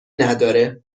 نداره